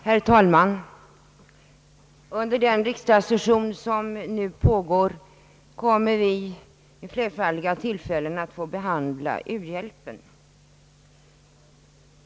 Herr talman! Under den riksdagssession som nu pågår kommer vi att få behandla u-hjälpen vid flerfaldiga tillfällen.